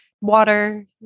water